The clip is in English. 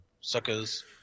suckers